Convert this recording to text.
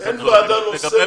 לגבי